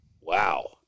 Wow